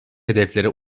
hedeflere